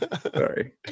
Sorry